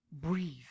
Breathe